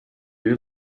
you